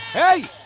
hey